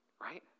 right